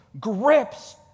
grips